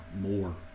more